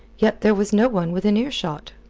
yet there was no one within earshot.